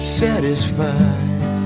satisfied